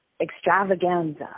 extravaganza